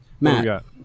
Matt